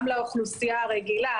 גם לאוכלוסייה הרגילה.